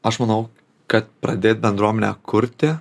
aš manau kad pradėt bendruomenę kurti